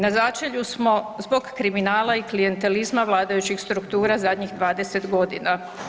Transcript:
Na začelju smo zbog kriminala i klijentelizma vladajućih struktura zadnjih 20 godina.